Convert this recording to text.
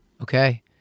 Okay